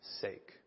sake